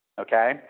Okay